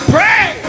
Pray